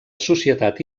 societat